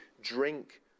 drink